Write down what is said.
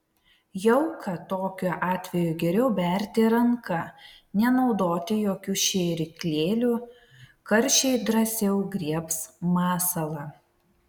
jauką tokiu atveju geriau berti ranka nenaudoti jokių šėryklėlių karšiai drąsiau griebs masalą